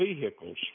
vehicles